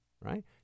Right